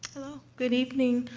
hello, good evening.